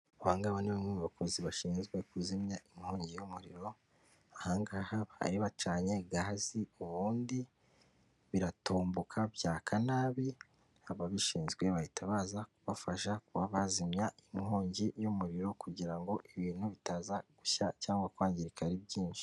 Abangaba ni bamwe mu bakozi bashinzwe kuzimya inkongi y'umuriro. Ahangaha bari bacanye gahazi ubundi biratomboka byaka nabi, ababishinzwe bahita baza kubafasha kuba bazimya inkongi y'umuriro, kugira ngo ibintu bitaza gushya cyangwa kwangirika ari byinshi.